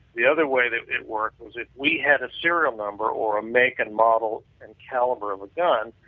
the other way that it worked was if we had a serial number or a make and model and caliber of a gun,